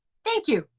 thank you.